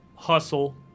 Hustle